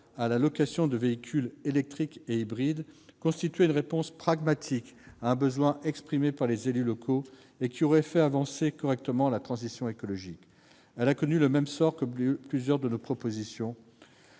à la location de véhicules électriques et hybrides constituait-elle une réponse pragmatique à un besoin exprimé par les élus locaux ; son adoption aurait fait avancer concrètement la transition écologique. Elle a connu le même sort que plusieurs de nos propositions